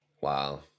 Wow